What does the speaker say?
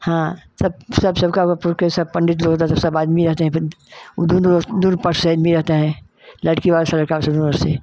हाँ सब सब सबका वो पुर के सब पंडित लोग उधर से सब आदमी रहते हैं फिन उ दुनु दूर पर सेम ही रहता है लड़की वाले सब और से